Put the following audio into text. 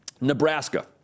Nebraska